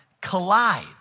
collide